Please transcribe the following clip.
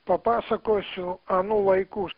papasakosiu anų laikų